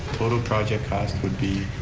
total project cost would be?